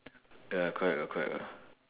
ya correct ah correct ah